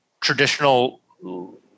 traditional